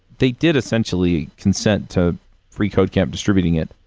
they did essentially consent to freecodecamp distributing it.